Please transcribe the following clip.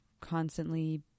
constantly